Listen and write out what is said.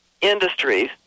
industries